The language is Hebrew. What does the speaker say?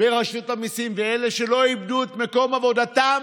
ברשות המיסים, ואלה שלא איבדו את מקום עבודתם,